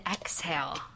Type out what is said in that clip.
exhale